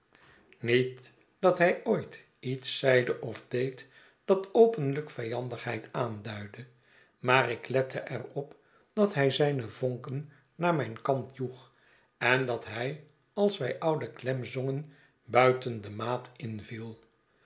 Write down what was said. niet dat hij ooit iets zeide of deed dat openlijk vijandigheid aanduidde maar ik lette er op dat hij zijne vonken naar mijn kant joeg en dat hij als wij oude clem zongen buiten de maat inviel